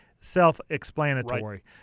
self-explanatory